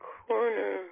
corner